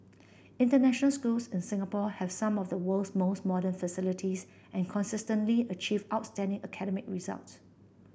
international schools in Singapore have some of the world's most modern facilities and consistently achieve outstanding academic results